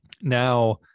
Now